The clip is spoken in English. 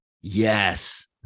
Yes